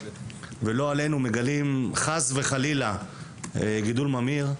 ולא עלינו מגלים חס וחלילה גידול ממאיר,